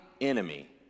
enemy